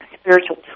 spiritual